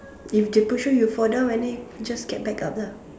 if they push you fall down and then you just get back up lah